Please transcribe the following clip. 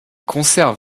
conserve